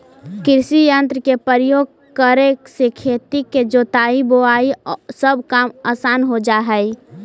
कृषियंत्र के प्रयोग करे से खेत के जोताई, बोआई सब काम असान हो जा हई